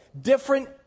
different